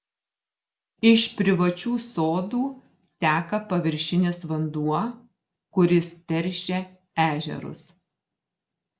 iš privačių sodų teka paviršinis vanduo kuris teršia ežerus